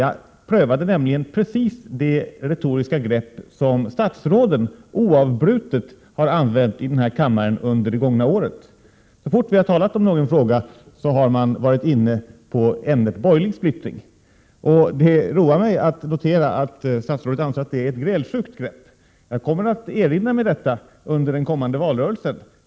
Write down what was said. Jag prövade nämligen precis det retoriska grepp som statsråden oavbrutet har använt här i kammaren under det gångna året. Så fort vi har talat om någon fråga, har man varit inne på ämnet borgerlig splittring. Det roar mig att notera att statsrådet anser att det är ett grälsjukt grepp. Jag kommer att erinra mig detta under den kommande valrörelsen.